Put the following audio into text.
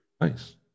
Nice